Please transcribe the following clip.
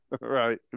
Right